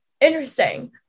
Interesting